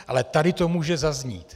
Ale tady to může zaznít.